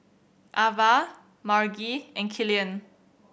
Avah Margie and Killian